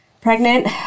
pregnant